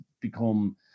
become